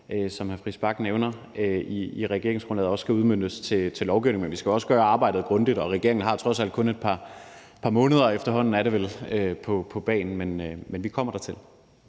som hr. Christian Friis Bach nævner, også skal udmøntes i lovgivning. Men vi skal også gøre arbejdet grundigt, og regeringen har trods alt kun et par måneder, er det vel efterhånden, på bagen, men vi kommer dertil.